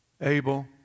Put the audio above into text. Abel